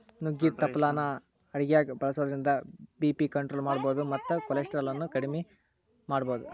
ನುಗ್ಗಿ ತಪ್ಪಲಾನ ಅಡಗ್ಯಾಗ ಬಳಸೋದ್ರಿಂದ ಬಿ.ಪಿ ಕಂಟ್ರೋಲ್ ಮಾಡಬೋದು ಮತ್ತ ಕೊಲೆಸ್ಟ್ರಾಲ್ ಅನ್ನು ಅಕೆಡಿಮೆ ಮಾಡಬೋದು